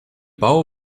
bau